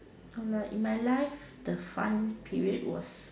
no lah in my life the fun period was